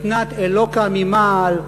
מתנת אלוקַ ממעל,